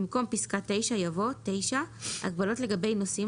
במקום פסקה (9) יבוא: "(9) הגבלות לגבי נוסעים,